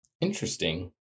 Interesting